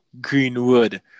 Greenwood